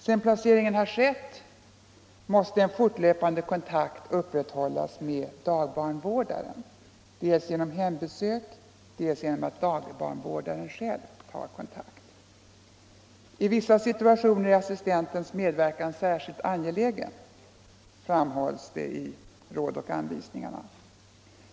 Sedan placeringen skett måste en fortlöpande kontakt upprätthållas med dagbarnvårdaren dels genom hembesök, dels genom att dagbarnvårdaren själv tar kontakt. I vissa situationer är assistentens medverkan särskilt angelägen, framhålls det i dessa Råd och anvisningar.